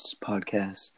Podcast